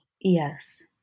Yes